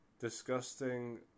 Disgusting